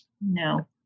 No